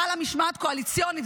חלה משמעת קואליציונית,